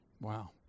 Wow